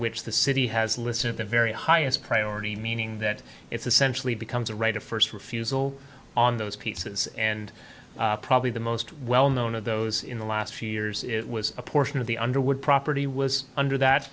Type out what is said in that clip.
which the city has listen to the very highest priority meaning that it's essentially becomes a right of first refusal on those pieces and probably the most well known of those in the last few years it was a portion of the underwood property was under that